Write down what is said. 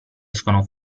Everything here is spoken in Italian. escono